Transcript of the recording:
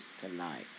tonight